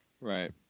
Right